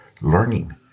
learning